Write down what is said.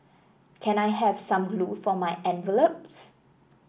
can I have some glue for my envelopes